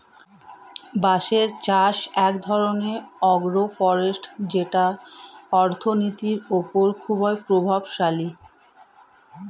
বাঁশের চাষ এক ধরনের আগ্রো ফরেষ্ট্রী যেটা অর্থনীতির ওপর খুবই প্রভাবশালী